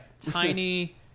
Tiny